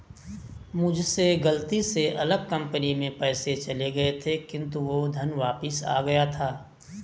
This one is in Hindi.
मुझसे गलती से अलग कंपनी में पैसे चले गए थे किन्तु वो धन वापिस आ गया था